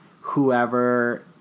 whoever